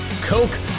coke